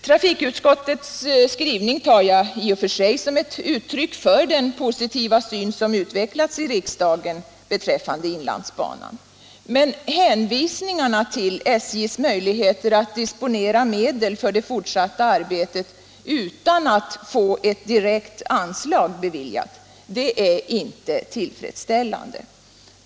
Trafikutskottets skrivning tar jag i och för sig som ett uttryck för den positiva syn som utvecklats i riksdagen beträffande inlandsbanan. Men hänvisningarna till SJ:s möjligheter att disponera medel för det fortsatta arbetet utan att få ett direkt anslag beviljat är inte tillfredsställande.